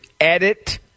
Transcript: edit